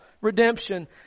redemption